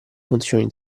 funzioni